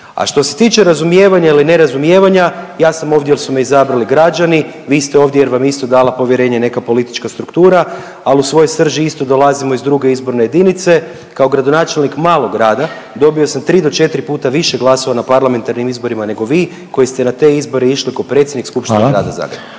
A što se tiče razumijevanja ili ne razumijevanja ja sam ovdje jel su me izabrali građani, vi ste ovdje jer vam je isto dala povjerenje neka politička struktura, al u svojoj srži isto dolazimo iz 2. izborne jedinice. Kao gradonačelnik malog grada dobio sam 3 do 4 puta više glasova na parlamentarnim izborima nego vi koji ste na te izbore išli ko predsjednik Skupštine Grada Zagreba,